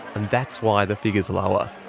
and that's why the figure's lower.